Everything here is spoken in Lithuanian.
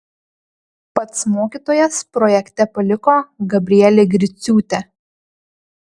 pats mokytojas projekte paliko gabrielę griciūtę